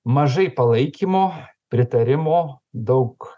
mažai palaikymo pritarimo daug